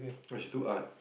she took Art